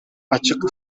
ачык